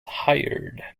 hired